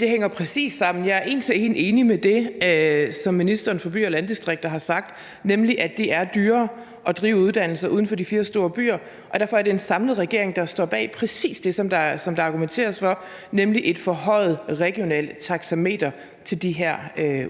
Det hænger præcis sammen. Jeg er en til en enig i det, som ministeren for byer og landdistrikter har sagt, nemlig at det er dyrere at drive uddannelser uden for de fire største byer, og derfor er det en samlet regering, der står bag præcis det, som der argumenteres for, nemlig et forhøjet regionalt taxametertilskud til de her